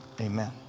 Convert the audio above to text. amen